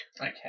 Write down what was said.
okay